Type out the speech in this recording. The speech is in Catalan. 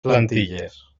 plantilles